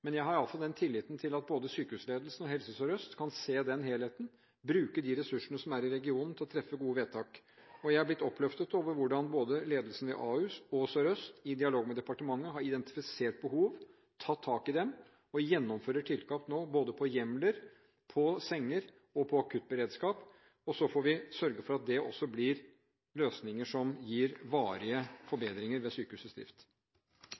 Men jeg er ikke uenig i at det å ha et pasienthotell som dekker behovene til sykehuset, er viktig i planleggingen. Jeg har i alle fall tillit til at både sykehusledelsen og Helse Sør-Øst kan se den helheten og bruke de ressursene som er i regionen, til å treffe gode vedtak. Jeg er blitt oppløftet over hvordan ledelsen ved både Ahus og Helse Sør-Øst i dialog med departementet har identifisert behov, tatt tak i dem og nå gjennomfører tiltak både på hjemler, på senger og på akuttberedskap. Så får vi sørge for at